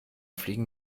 fliegen